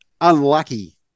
unlucky